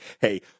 hey